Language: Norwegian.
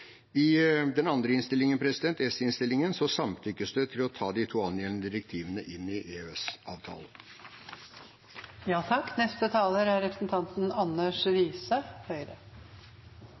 samtykkes det til å ta de to angjeldende direktivene inn i EØS-avtalen. Som alle har fått med seg, er